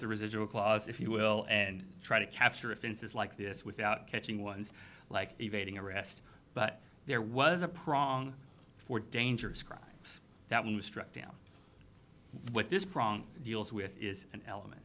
the residual clause if you will and try to capture offenses like this without catching ones like evading arrest but there was a prong for dangerous crimes that was struck down with this prong deals with is an element